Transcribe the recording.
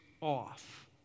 off